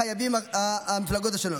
שחייבות המפלגות השונות: